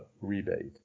rebate